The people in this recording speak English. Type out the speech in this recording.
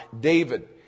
David